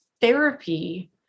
therapy